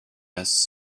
best